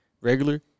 regular